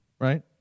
Right